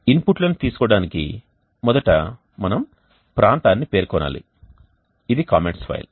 ఇన్పుట్లను తీసుకోవడానికి మొదట మనం ప్రాంతాన్ని పేర్కొనాలి ఇది కామెంట్స్ ఫైల్